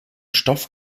stoff